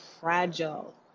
fragile